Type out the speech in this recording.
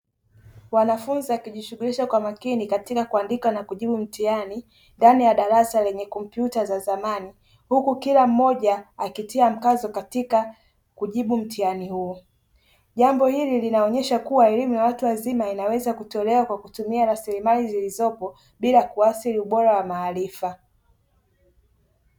Wanafunzi wakijishughulisha kwa makini katika kuandika na kujibu mtihani, ndani ya darasa lenye kompyuta za zamani, huku kila mmoja akitia mkazo katika kujibu mtihani huo, jambo hili linaonyesha kuwa elimu ya watu wazima inaweza kutolewa kwa kutumia rasilimali zilizopo bila kuathiri ubora wa maarifa.